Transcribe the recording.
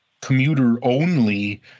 commuter-only